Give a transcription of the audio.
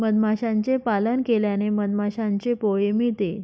मधमाशांचे पालन केल्याने मधमाशांचे पोळे मिळते